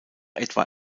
etwa